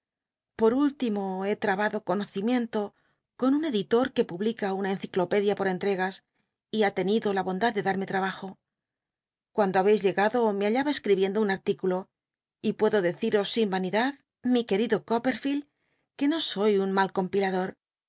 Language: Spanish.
por último he trabado conocimiento con un eclilol que publica una enciclopedia por entregas y ha tenido la bondad de d umc trabajo cuando habeis llegado me hallaba escribiendo un articulo y puedo decitos sin vanidad mi querido copperlield que no soy un mal